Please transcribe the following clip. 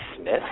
Smith